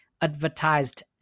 advertised